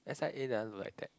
s_i_a doesn't look like that